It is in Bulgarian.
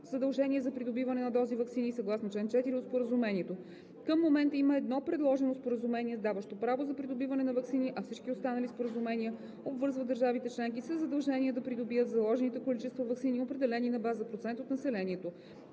задължение за придобиване на дози ваксини, съгласно чл. 4 от Споразумението. Към момента има едно предложено споразумение, даващо право за придобиване на ваксини, а всички останали споразумения обвързват държавите членки със задължение да придобият заложените количества ваксини, определени на база процент от населението.